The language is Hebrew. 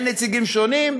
בין נציגים שונים,